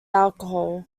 alcohol